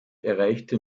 erreichte